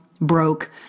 broke